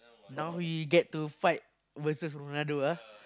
now he get to fight versus Ronaldo ah